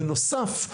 בנוסף,